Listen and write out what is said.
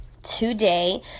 today